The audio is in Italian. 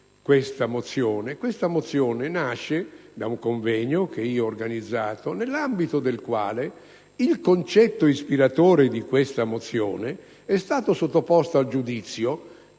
tale mozione. Essa nasce da un convegno che io stesso ho organizzato, nell'ambito del quale il concetto ispiratore di questa mozione è stato sottoposto non solo al giudizio